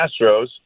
Astros